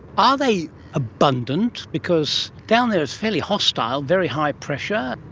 are they abundant? because down there it's fairly hostile, very high pressure.